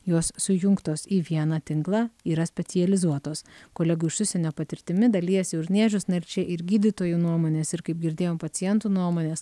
jos sujungtos į vieną tinklą yra specializuotos kolegų iš užsienio patirtimi dalijasi urniežius na ir čia ir gydytojų nuomonės ir kaip girdėjom pacientų nuomonės